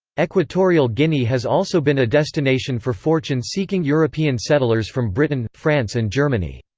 equatorial guinea has also been a destination for fortune-seeking european settlers from britain, france and germany.